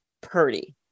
Purdy